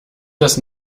das